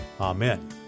Amen